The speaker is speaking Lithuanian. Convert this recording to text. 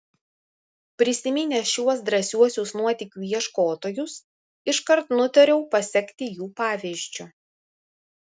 prisiminęs šiuos drąsiuosius nuotykių ieškotojus iškart nutariau pasekti jų pavyzdžiu